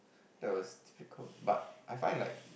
that was difficult but I find like